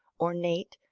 ornate,